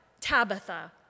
Tabitha